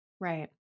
Right